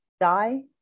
die